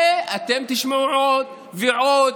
ואתם תשמעו עוד ועוד.